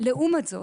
לעומת זאת,